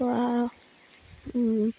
পৰা